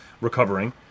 recovering